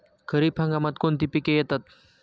खरीप हंगामात कोणती पिके येतात?